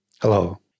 Hello